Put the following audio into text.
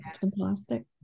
fantastic